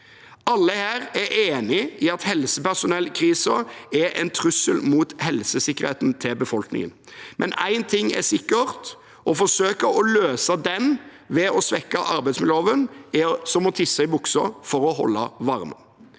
Alle her er enig i at helsepersonellkrisen er en trussel mot helsesikkerheten til befolkningen, men én ting er sikkert: Å forsøke å løse den ved å svekke arbeidsmiljøloven, er som å tisse i buksa for å holde varmen.